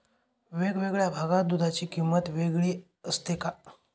वेगवेगळ्या भागात दूधाची किंमत वेगळी असते का?